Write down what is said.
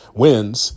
wins